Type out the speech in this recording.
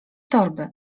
torby